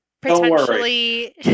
potentially